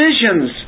decisions